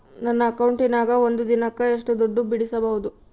ನನ್ನ ಅಕೌಂಟಿನ್ಯಾಗ ಒಂದು ದಿನಕ್ಕ ಎಷ್ಟು ದುಡ್ಡು ಬಿಡಿಸಬಹುದು?